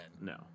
No